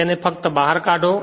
તેથી ફક્ત તેને બહાર કાઢો